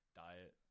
diet